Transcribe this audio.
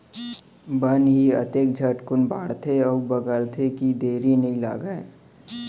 बन ही अतके झटकुन बाढ़थे अउ बगरथे कि देरी नइ लागय